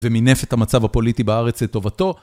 ומינף את המצב הפוליטי בארץ לטובתו.